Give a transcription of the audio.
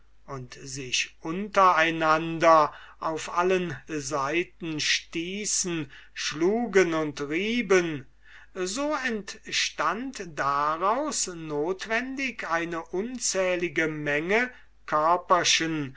und sich unter einander auf allen seiten stießen schlugen und rieben so entstund daraus notwendig eine unzählige menge